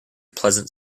pleasant